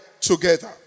together